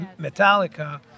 Metallica